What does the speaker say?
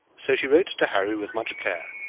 so she wrote to harry with much care,